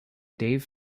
dave